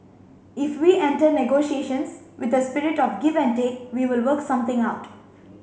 if we enter negotiations with a spirit of give and take we will work something out